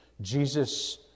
jesus